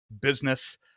business